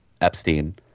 Epstein